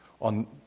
on